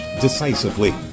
decisively